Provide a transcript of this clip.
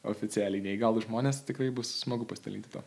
oficialiai neįgalūs žmonės tikrai bus smagu pasidalinti tuo